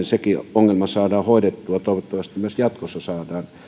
sekin ongelma saadaan hoidettua toivottavasti myös jatkossa saadaan